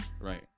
Right